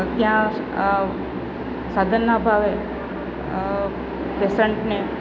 ત્યાં સાધનના અભાવે પેશન્ટને